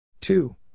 Two